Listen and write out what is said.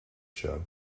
show